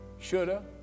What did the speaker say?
shoulda